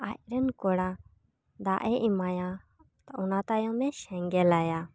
ᱟᱡᱨᱮᱱ ᱠᱚᱲᱟ ᱫᱟᱜᱼᱮ ᱮᱢᱟᱭᱟ ᱚᱱᱟ ᱛᱟᱭᱚᱢᱮ ᱥᱮᱸᱜᱮᱞ ᱟᱭᱟ